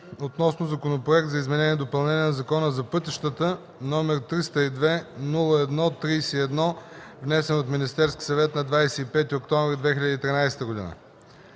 относно Законопроект за изменение и допълнение на Закона за пътищата, № 302-01-31, внесен от Министерския съвет на 25 октомври 2013 г.